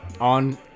on